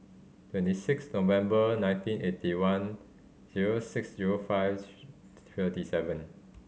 twenty six November nineteen eighty one zero six zero five thirty seven